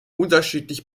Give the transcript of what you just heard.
unterschiedlich